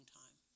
time